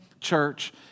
church